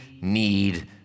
need